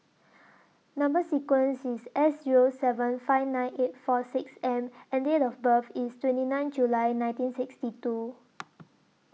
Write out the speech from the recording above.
Number sequence IS S Zero seven five nine eight four six M and Date of birth IS twenty nine July nineteen sixty two